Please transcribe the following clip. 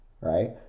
right